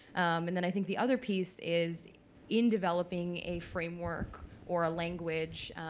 and then i think the other piece is in developing a framework or a language,